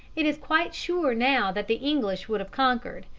it is quite sure now that the english would have conquered,